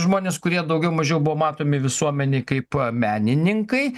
žmonės kurie daugiau mažiau buvo matomi visuomenėj kaip menininkai